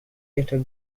little